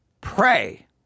Pray